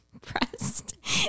pressed